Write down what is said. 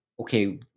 okay